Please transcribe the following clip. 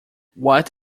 watt